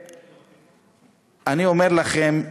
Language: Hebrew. ואני אומר לכם,